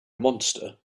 monster